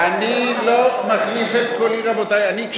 אתה מחליף את קולך, אני לא מחליף את קולי, רבותי.